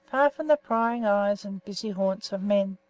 from the prying eyes and busy haunts of men.